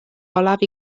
olaf